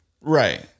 right